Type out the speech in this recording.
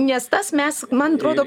nes tas mes man atrodo